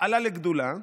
עלה לגדולה,